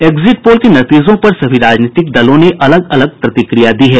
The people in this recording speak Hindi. एक्जिट पोल के नतीजों पर सभी राजनीतिक दलों ने अलग अलग प्रतिक्रिया दी है